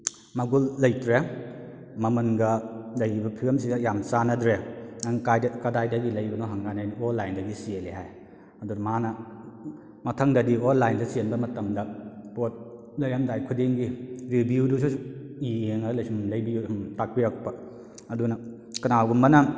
ꯃꯒꯨꯟ ꯂꯩꯇ꯭ꯔꯦ ꯃꯃꯟꯒ ꯂꯩꯔꯤꯕ ꯐꯤꯕꯝꯁꯤꯒ ꯌꯥꯝ ꯆꯥꯟꯅꯗ꯭ꯔꯦ ꯅꯪ ꯀꯥꯏꯗꯩ ꯀꯗꯥꯏꯗꯒꯤ ꯂꯩꯕꯅꯣ ꯍꯪꯀꯥꯟ ꯑꯩꯅ ꯑꯣꯟꯂꯥꯏꯟꯗꯒꯤ ꯆꯦꯜꯂꯦ ꯍꯥꯏ ꯑꯗꯨ ꯃꯥꯅ ꯃꯊꯪꯗꯗꯤ ꯑꯣꯟꯂꯥꯏꯟꯗ ꯆꯦꯟꯕ ꯃꯇꯝꯗ ꯄꯣꯠ ꯂꯩꯔꯝꯗꯥꯏ ꯈꯨꯗꯤꯡꯒꯤ ꯔꯤꯚꯤꯌꯨꯗꯨꯁꯨ ꯌꯦꯡꯉ ꯁꯨꯝ ꯂꯩꯕꯤꯌꯨ ꯁꯨꯝ ꯇꯥꯛꯄꯤꯔꯛꯄ ꯑꯗꯨꯅ ꯀꯅꯥꯒꯨꯝꯕꯅ